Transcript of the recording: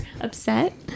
upset